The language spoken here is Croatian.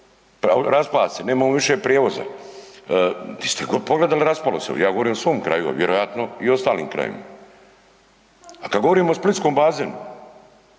raspa se, nemamo više prijevoza, vi ste pogledali, raspalo se, ja govorim o svom kraju, vjerojatno i ostalim krajevima. A kad govorimo o splitskom bazenu,